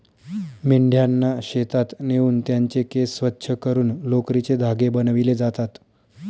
मेंढ्यांना शेतात नेऊन त्यांचे केस स्वच्छ करून लोकरीचे धागे बनविले जातात